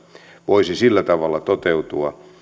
voisi sillä tavalla toteutua